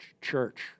church